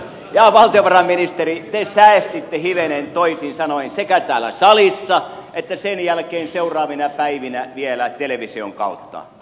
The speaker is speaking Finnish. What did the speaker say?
ja valtiovarainministeri te säestitte hivenen toisin sanoin sekä täällä salissa että sen jälkeen seuraavina päivinä vielä television kautta